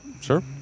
Sure